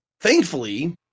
thankfully